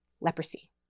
leprosy